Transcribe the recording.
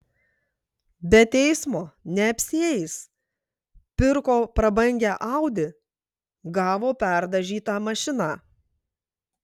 be teismo neapsieis pirko prabangią audi gavo perdažytą mašiną